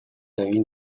egin